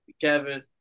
Kevin